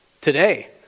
Today